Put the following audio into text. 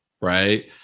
Right